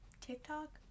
TikTok